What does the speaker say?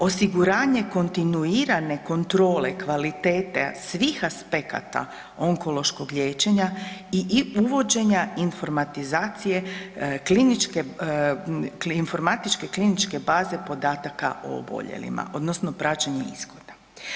Osiguranje kontinuirane kontrole kvalitete svih aspekata onkološkog liječenja i uvođenja informatizacije kliničke, informatičke kliničke baze podataka o oboljelima odnosno praćenje ishoda.